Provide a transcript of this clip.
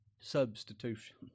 Substitution